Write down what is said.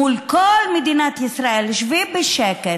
מול כל עם ישראל: שבי בשקט,